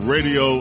Radio